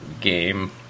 game